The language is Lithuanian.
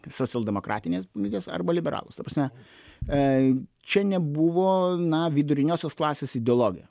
socialdemokratinės minties arba liberalus ta prasme a čia nebuvo na viduriniosios klasės ideologija